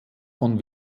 von